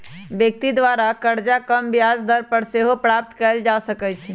व्यक्ति द्वारा करजा कम ब्याज दर पर सेहो प्राप्त कएल जा सकइ छै